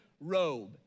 robe